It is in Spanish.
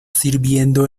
sirviendo